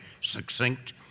succinct